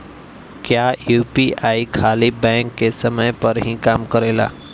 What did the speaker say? क्या यू.पी.आई खाली बैंक के समय पर ही काम करेला?